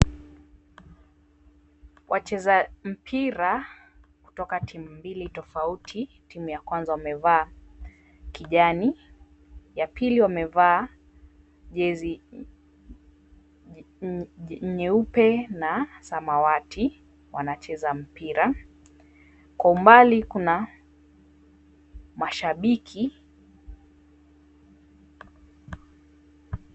Wacheza mpira kutoka timu mbili tofauti. Timu ya kwanza wamevaa kijani, ya pili wamevaa jezi nyeupe na samawati wanacheza mpira. Kwa umbali kuna mashabiki.